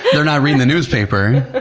they're not reading the newspaper.